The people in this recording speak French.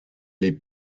les